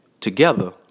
together